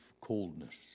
coldness